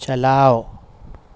چلاؤ